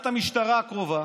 הבנתי, עשית את המשימה שלך,